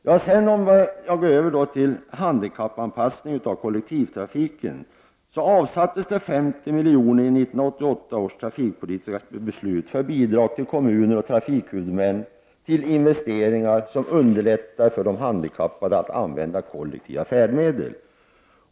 För att så gå över till handikappanpassning av kollektivtrafiken, vill jag nämna att det avsattes 50 miljoner i 1988 års trafikpolitiska beslut för bidrag till kommuner och trafikhuvudmän för investeringar som underlättar för handikappade att använda kollektiva färdmedel.